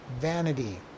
vanity